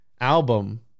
album